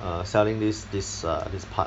err selling this this uh this part